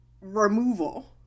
removal